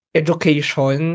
education